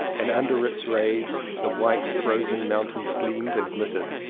and under its rays the white frozen mountains gleamed and glittered.